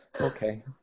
Okay